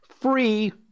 free